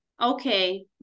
Okay